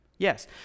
Yes